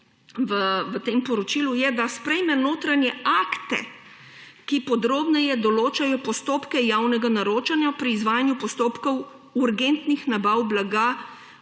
v tem poročilu, da sprejme notranje akte, ki podrobneje določajo postopke javnega naročanja pri izvajanju postopkov urgentnih nabav blaga